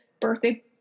birthday